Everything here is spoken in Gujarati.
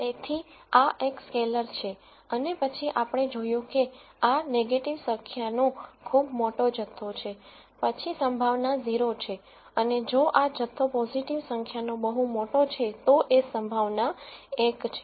તેથી આ એક સ્કેલેર છે અને પછી આપણે જોયું કેઆ નેગેટીવ સંખ્યા નો ખૂબ મોટો જથ્થો છે પછી પ્રોબેબિલિટી 0 છે અને જો આ જથ્થો પોઝિટિવ સંખ્યા નો બહુ મોટો છે તો એ પ્રોબેબિલિટી 1 છે